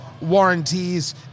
warranties